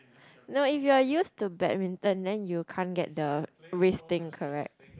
no if you are used to badminton then you can't get the wrist things correct